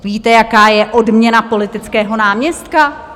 Víte, jaká je odměna politického náměstka?